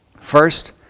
First